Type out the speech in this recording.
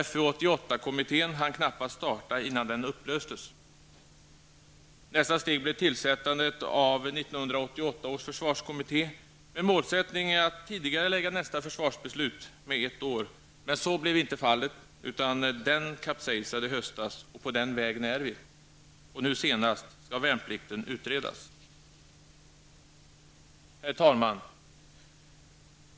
Fu 88-kommittén hann knappast starta innan den upplöstes. Nästa steg blev tillsättandet av 1988 års försvarskommitté med målsättning att tidigarelägga nästa försvarsbeslut med ett år, men så blev inte fallet utan den kapsejsade i höstas, och på den vägen är vi. Och nu senast bestämdes att värnplikten skall utredas. Herr talman!